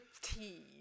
tea